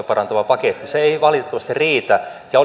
parantava paketti ei valitettavasti riitä ja